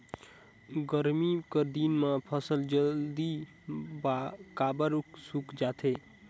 गरमी कर दिन म फसल जल्दी काबर सूख जाथे?